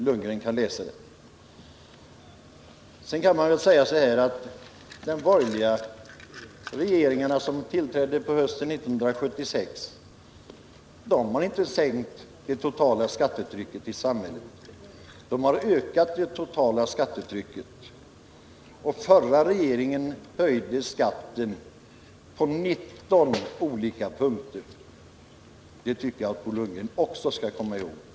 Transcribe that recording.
Bo Lundgren kan själv läsa det. Den borgerliga regering som tillträdde på hösten 1976 sänkte inte det totala skattetrycket i samhället. Den ökade det totala skattetrycket. Och den förra regeringen höjde skatten på 19 olika punkter. Det tycker jag att Bo Lundgren också skall komma ihåg.